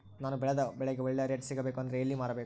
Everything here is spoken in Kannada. ನಾನು ಬೆಳೆದ ಬೆಳೆಗೆ ಒಳ್ಳೆ ರೇಟ್ ಸಿಗಬೇಕು ಅಂದ್ರೆ ಎಲ್ಲಿ ಮಾರಬೇಕು?